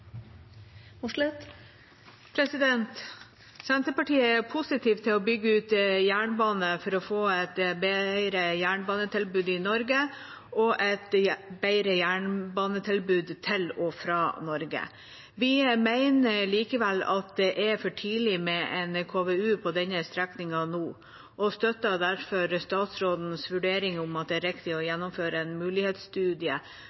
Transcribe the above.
Senterpartiet er positive til å bygge ut jernbanen for å få et bedre jernbanetilbud i Norge og et bedre jernbanetilbud til og fra Norge. Vi mener likevel at det er for tidlig med en KVU på denne strekningen nå og støtter derfor statsrådens vurdering om at det er riktig å